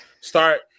start